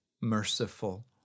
merciful